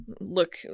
look